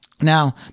Now